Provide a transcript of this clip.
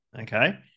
okay